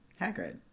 Hagrid